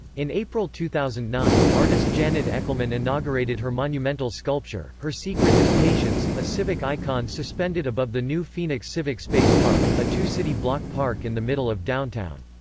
in april two thousand and nine, artist janet echelman inaugurated her monumental sculpture, her secret is patience, a civic icon suspended above the new phoenix civic space park, a two-city-block park in the middle of downtown.